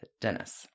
Dennis